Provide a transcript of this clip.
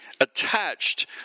attached